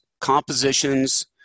compositions